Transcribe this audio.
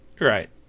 right